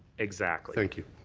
exactly. thank you.